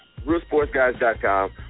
RealSportsGuys.com